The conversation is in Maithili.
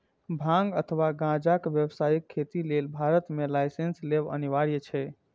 भांग अथवा गांजाक व्यावसायिक खेती लेल भारत मे लाइसेंस लेब अनिवार्य छै